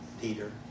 Peter